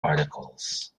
articles